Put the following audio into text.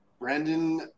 Brandon